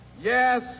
yes